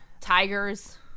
tigers